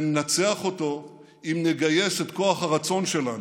וננצח אותו אם נגייס את כוח הרצון שלנו,